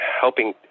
helping